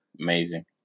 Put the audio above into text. Amazing